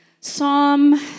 Psalm